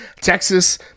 Texas